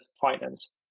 finance